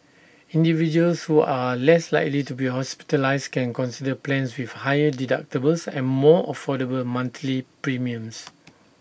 individuals who are less likely to be hospitalised can consider plans with higher deductibles and more affordable monthly premiums